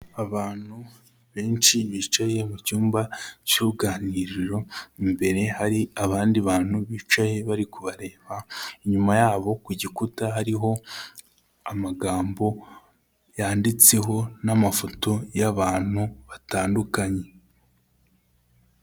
Abantu benshi bicaye mu cyumba cy'uruganiriro, imbere hari abandi bantu bicaye bari kubareba, inyuma yabo ku gikuta hariho amagambo yanditseho n'amafoto y'abantu batandukanye.